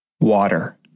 Water